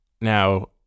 Now